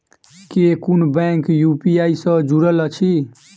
केँ कुन bank UPI सँ जुड़ल अछि?